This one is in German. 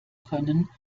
können